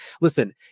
Listen